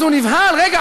אז הוא נבהל: רגע,